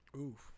Oof